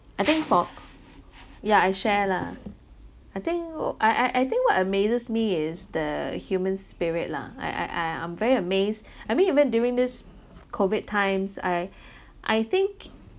I think for ya I share lah I think I I I think what amazes me is the human spirit lah I I I'm very amazed I mean even during this COVID times I I think